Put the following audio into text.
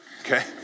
Okay